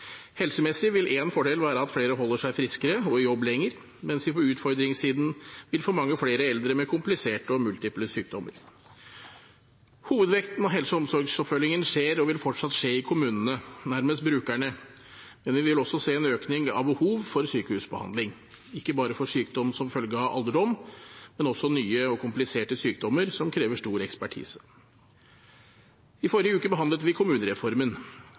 Helsemessig vil en fordel være at flere holder seg friske og jobber lenger, mens vi på utfordringssiden vil få mange flere eldre med kompliserte og multiple sykdommer. Hovedvekten av helse- og omsorgsoppfølgingen skjer og vil fortsatt skje i kommunene, nærmest brukerne, men vi vil også se en økning i behovet for sykehusbehandling – ikke bare for sykdom som følge av alderdom, men også nye og kompliserte sykdommer som krever stor ekspertise. I forrige uke behandlet vi kommunereformen.